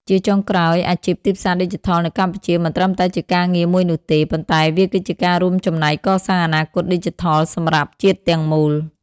ជាចុងក្រោយ អាជីពទីផ្សារឌីជីថលនៅកម្ពុជាមិនត្រឹមតែជាការងារមួយនោះទេ ប៉ុន្តែវាគឺជាការរួមចំណែកកសាងអនាគតឌីជីថលសម្រាប់ជាតិទាំងមូល។